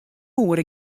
oere